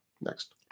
next